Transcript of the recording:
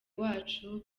wacu